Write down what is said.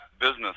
business